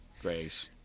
Grace